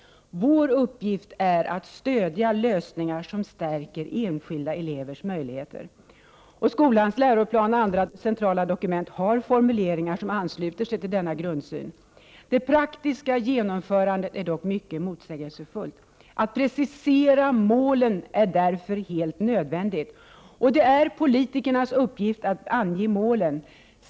Vår uppgift är att stödja lösningar som stärker enskilda elevers möjligheter. Skolans läroplan och andra centrala dokument har formuleringar som ansluter sig till denna grundsyn. Det praktiska genomförandet är dock mycket motsägelsefullt. Att precisera målen är därför helt nödvändigt. Det är politikernas uppgift att ange målen.